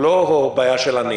הוא לא בעיה של עניים.